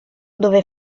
dove